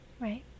Right